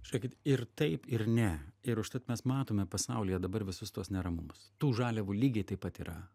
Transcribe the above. žiūrėkit ir taip ir ne ir užtat mes matome pasaulyje dabar visus tuos neramumus tų žaliavų lygiai taip pat yra